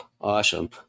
Awesome